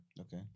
Okay